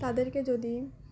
তাদেরকে যদি